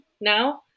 now